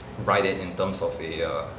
write it in terms of a err